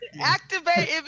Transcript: Activate